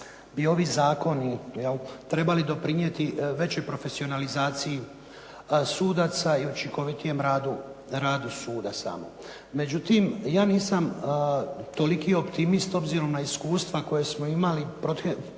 bi ovi zakoni trebali doprinijeti većoj profesionalizaciji sudaca i učinkovitijem radu suda samog. Međutim, ja nisam toliki optimist obzirom na iskustva koja smo imali proteklih